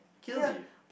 kills you